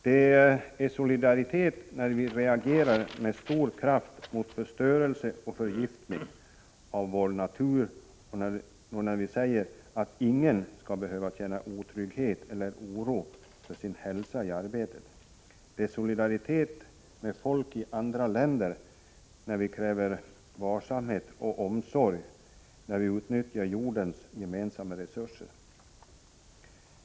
Det är solidaritet när vi reagerar med stor kraft mot förstörelse och förgiftning av vår natur och när vi säger att ingen skall behöva känna otrygghet eller oro för sin hälsa i arbetet. Det är solidaritet med folk i andra länder, när vi kräver varsamhet och omsorg vid utnyttjandet av jordens gemensamma resurser.